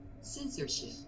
Censorship